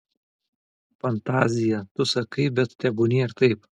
fantazija tu sakai bet tebūnie ir taip